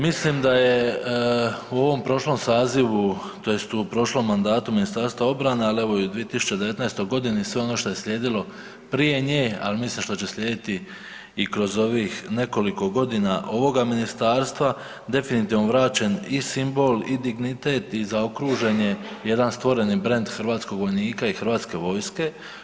Mislim da je u ovom prošlom sazivu, tj. u prošlom mandatu Ministarstva obrane ali evo i u 2019. godini sve ono što je slijedilo prije nje, ali mislim što će slijediti i kroz ovih nekoliko godina ovoga ministarstva definitivno vraćen i simbol i dignitet i zaokružen je stvoreni brend hrvatskog vojnika i Hrvatske vojske.